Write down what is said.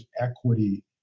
equity